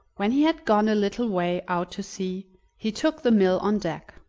when he had gone a little way out to sea he took the mill on deck.